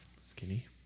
Skinny